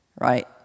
right